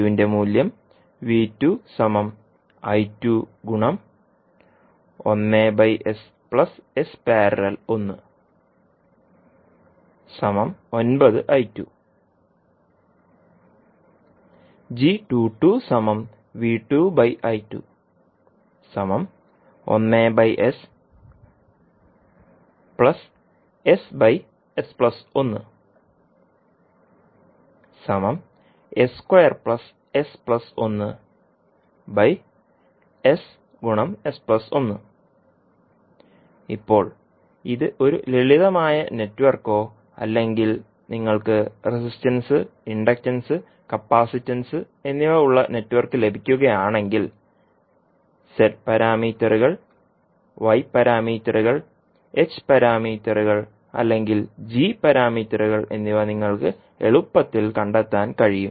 ന്റെ മൂല്യം ഇപ്പോൾ ഇത് ഒരു ലളിതമായ നെറ്റ്വർക്കോ അല്ലെങ്കിൽ നിങ്ങൾക്ക് റെസിസ്റ്റൻസ് ഇൻഡക്റ്റൻസ് കപ്പാസിറ്റൻസ് എന്നിവ ഉള്ള നെറ്റ്വർക്ക് ലഭിക്കുകയാണെങ്കിൽ z പാരാമീറ്ററുകൾ y പാരാമീറ്ററുകൾ h പാരാമീറ്ററുകൾ അല്ലെങ്കിൽ g പാരാമീറ്ററുകൾ എന്നിവ നിങ്ങൾക്ക് എളുപ്പത്തിൽ കണ്ടെത്താൻ കഴിയും